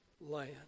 land